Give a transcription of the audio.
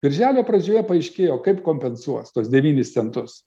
birželio pradžioje paaiškėjo kaip kompensuos tuos devynis centus